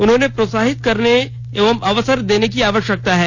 उन्हें प्रोत्साहित करने एवं अवसर देने की आवश्यकता है